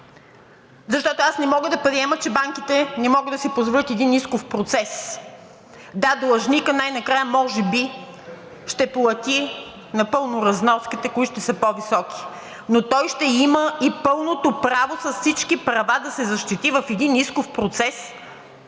Защото аз не мога да приема, че банките не могат да си позволят един исков процес. Да, длъжникът най-накрая може би ще плати напълно разноските, които ще са по-високи, но той ще има и пълното право с всички права да се защити в един исков процес,